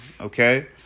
okay